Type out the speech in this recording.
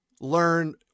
learn